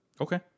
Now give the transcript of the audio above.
Okay